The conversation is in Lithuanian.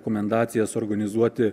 rekomendacijas organizuoti